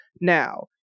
now